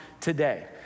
Today